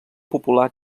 popular